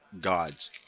gods